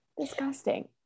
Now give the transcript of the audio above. Disgusting